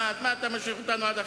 זה עיקר הוויכוח שלנו,